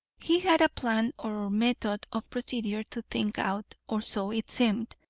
he had a plan or method of procedure to think out, or so it seemed,